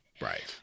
Right